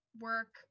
work